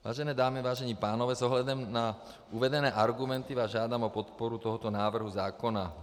Vážené dámy, vážení pánové, s ohledem na uvedené argumenty vás žádám o podporu tohoto návrhu zákona.